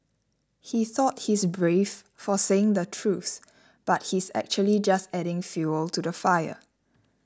he thought he's brave for saying the truth but he's actually just adding fuel to the fire